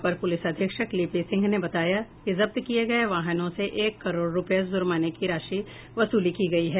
अपर पुलिस अधीक्षक लिपि सिंह ने बताया कि जब्त किये गये वाहनों से एक करोड़ रूपये जुर्माने की राशि वसूली गयी है